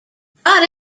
got